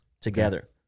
together